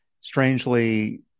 strangely